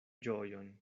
ĝojon